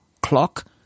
clock